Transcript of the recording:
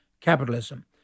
capitalism